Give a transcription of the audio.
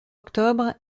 octobre